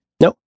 Nope